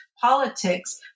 politics